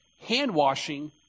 Hand-washing